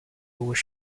was